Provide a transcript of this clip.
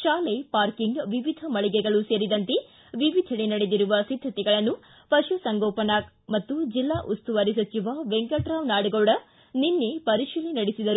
ಶಾಲೆ ಪಾರ್ಕಿಂಗ್ ವಿವಿಧ ಮಳಿಗೆಗಳು ಸೇರಿದಂತೆ ವಿವಿಧಡೆ ನಡೆದಿರುವ ಸಿದ್ಧತೆಗಳನ್ನು ಪರುಸಂಗೋಪನಾ ಹಾಗೂ ಜಿಲ್ಲಾ ಉಸ್ತುವಾರಿ ಸಚಿವ ವೆಂಕಟರಾವ್ ನಾಡಗೌಡ ನಿನ್ನೆ ಪರಿಶೀಲನೆ ನಡೆಸಿದರು